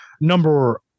number